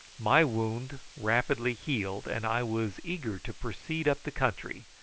my wound rapidly healed, and i was eager to proceed up the country,